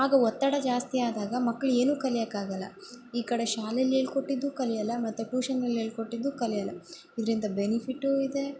ಆಗ ಒತ್ತಡ ಜಾಸ್ತಿಯಾದಾಗ ಮಕ್ಳು ಏನು ಕಲಿಯೋಕ್ಕೆ ಆಗೂಲ್ಲ ಈ ಕಡೆ ಶಾಲೆಲ್ಲಿ ಹೇಳ್ಕೊಟ್ಟಿದ್ದು ಕಲಿಯೋಲ್ಲ ಮತ್ತೆ ಟ್ಯೂಷನ್ ಅಲ್ಲಿ ಹೇಳ್ಕೊಟ್ಟಿದ್ದು ಕಲಿಯೋಲ್ಲ ಇದರಿಂದ ಬೆನಿಫಿಟ್ಟು ಇದೆ